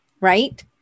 right